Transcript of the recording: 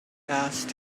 asked